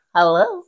Hello